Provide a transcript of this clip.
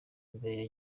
mbere